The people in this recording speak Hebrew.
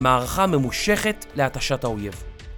מערכה ממושכת להתשת האויב